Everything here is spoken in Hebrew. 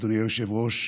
אדוני היושב-ראש,